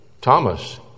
Thomas